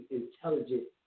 intelligent